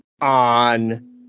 on